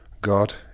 God